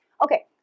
Okay